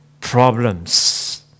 problems